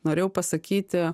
norėjau pasakyti